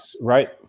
Right